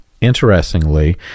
interestingly